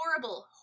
horrible